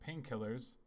painkillers